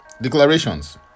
declarations